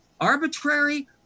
arbitrary